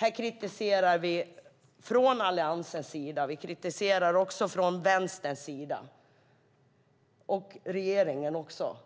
Här kritiserar vi från Alliansens sida, vi kritiserar också från Vänsterns sida och från regeringens sida,